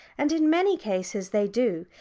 and in many cases they do.